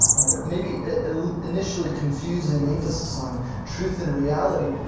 or maybe initially confusing emphasis on truth and reality.